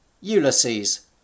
Ulysses